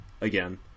again